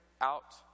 out